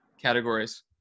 categories